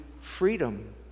freedom